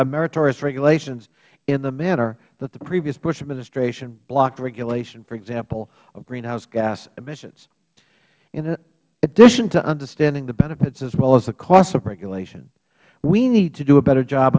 meritorious regulations in the manner that the previous bush administration blocks regulation for example of greenhouse emissions in addition to understanding the benefits as well as the costs of regulations we need to do a better job